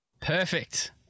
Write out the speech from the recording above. Perfect